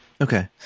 Okay